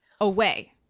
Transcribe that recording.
away